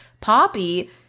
Poppy